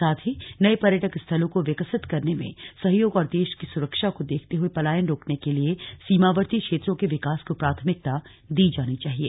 साथ ही नये पर्यटक स्थलों को विकसित करने में सहयोग और देश की सुरक्षा को देखते हुए पलायन रोकने के लिए सीमावर्ती क्षेत्रों के विकास को प्राथमिकता दी जानी चाहिए